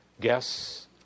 guess